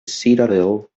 citadel